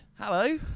Hello